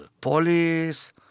police